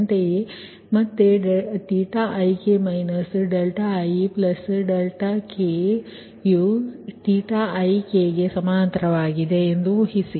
ಅಂತೆಯೇ ಮತ್ತೆ ik ik ≈ ik ಊಹಿಸಿ